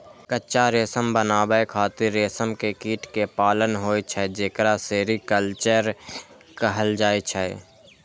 कच्चा रेशम बनाबै खातिर रेशम के कीट कें पालन होइ छै, जेकरा सेरीकल्चर कहल जाइ छै